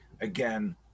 again